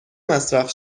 مصرف